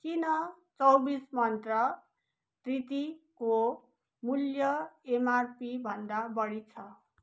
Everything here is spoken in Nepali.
किन चौबिस मन्त्रा तृतिको मूल्य एमआरपीभन्दा बढी छ